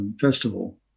festival